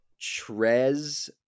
Trez